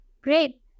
Great